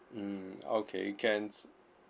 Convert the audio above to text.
mm okay can